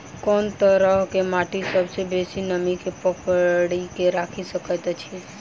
कोन तरहक माटि सबसँ बेसी नमी केँ पकड़ि केँ राखि सकैत अछि?